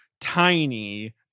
tiny